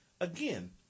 again